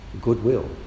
goodwill